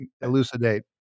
elucidate